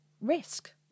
risk